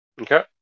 Okay